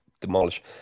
demolish